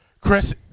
Chris